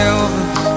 Elvis